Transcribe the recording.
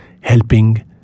helping